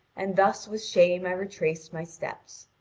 and thus with shame i retraced my steps.